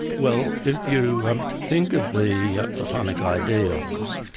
well if you um think of the platonic ideals,